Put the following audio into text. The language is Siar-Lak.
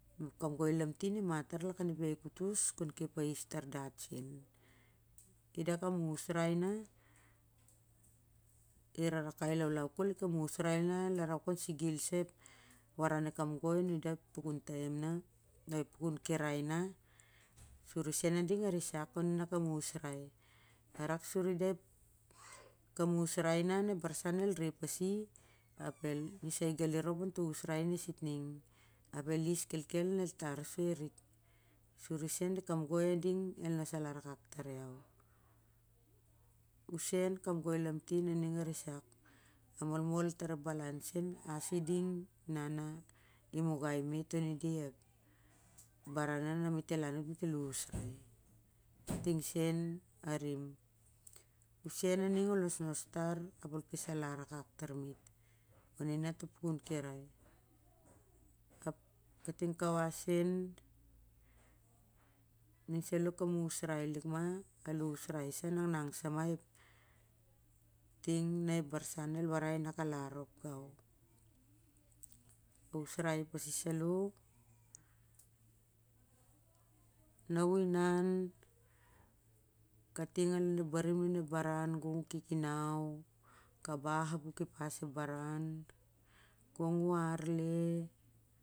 Kamgoi lamtin i mat tar lakau ep iaikutus kou kep aistar dat seu, i da kam usrai na i rarakai lalailau kol ida kam usrai na lar a ok sa kon sigil sa ep waran ep kamgoi on i da ep pukuu taem a ep pukuu kirai na suri seu a ding a risak on i daka usarai kam usrai na ep barsan el re pasi ap el nisa geli nop on to usrai nu e sitning ap el is kelkel na el tar soi a rik suri i seu kamgoi ading el nor alar akak tar ian, useu kamgoi lamtin u a ning a rissak a molmol tar ep balau seu as i ding a na i mugh miy on i da ep baran na, na mit el anot mit el us vai kating seu a vin useu a ning u nosnos tar ap ol kas alar akak tar mit on i na to pukun kiai ap kating kawas seu ning salo kam usrai likman usarai sama naknak sama ep taem ting na ep baran i warai na kal arop gou. A usrai pasi salo na u inan kating on ning ep barim nun ning ep baran gong u kikinau, kabah ap ol kepas ep baran gong u arle.